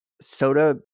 soda